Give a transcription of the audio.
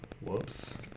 Whoops